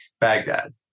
baghdad